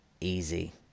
easy